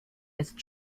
ist